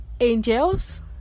angels